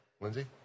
Lindsay